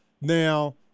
now